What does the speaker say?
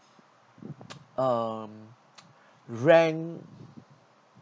um rank